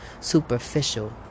superficial